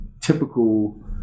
typical